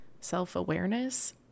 self-awareness